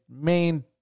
main